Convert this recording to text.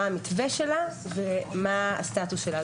מה המתווה והסטטוס שלה.